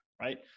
right